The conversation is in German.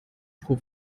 pro